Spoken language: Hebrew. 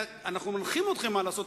אנחנו מנחים אתכם מה לעשות,